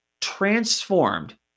transformed